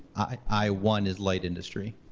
i one is light industry.